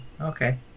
Okay